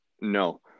no